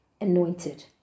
anointed